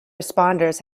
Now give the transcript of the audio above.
responders